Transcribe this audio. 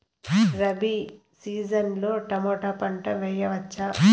Rabi season లో tomato పంట వేయవచ్చా?